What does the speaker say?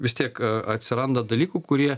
vis tiek atsiranda dalykų kurie